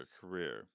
career